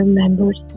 members